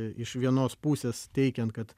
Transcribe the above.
iš vienos pusės teikiant kad